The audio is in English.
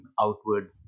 outward